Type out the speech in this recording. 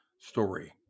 story